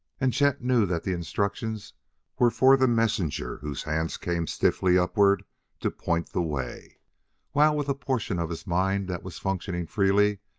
and chet knew that the instructions were for the messenger whose hands came stiffly upward to point the way while, with a portion of his mind that was functioning freely,